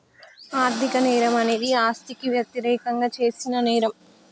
ఆర్థిక నేరం అనేది ఆస్తికి వ్యతిరేకంగా చేసిన నేరం